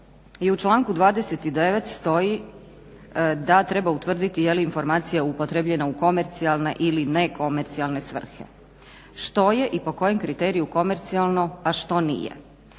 i u članak. 29 stoji da treba utvrditi je li informacija upotrebljena u komercijalne ili nekomercijalne svrhe. Što je i po kojem kriteriju komercijalno, a što nije?